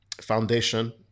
Foundation